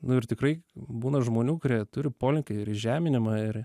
nu ir tikrai būna žmonių kurie turi polinkį ir į žeminimą ir